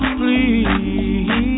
please